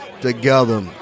together